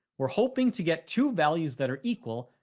we're hoping to get two values that are equal.